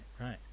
Right